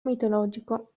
mitologico